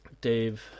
dave